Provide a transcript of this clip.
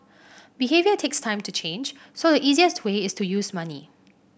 behaviour takes time to change so the easiest way is to use money